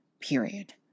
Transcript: Period